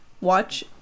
watch